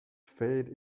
fade